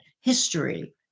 history